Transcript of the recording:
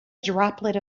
droplet